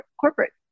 corporate